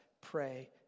pray